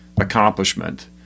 accomplishment